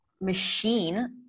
machine